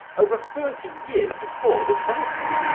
over thirty years before the telephone.